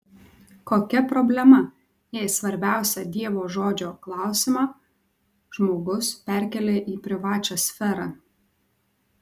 kokia problema jei svarbiausią dievo žodžio klausymą žmogus perkelia į privačią sferą